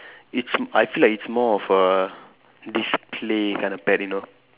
it's I feel like it's more of a display kind of pet you know